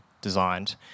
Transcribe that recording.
designed